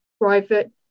private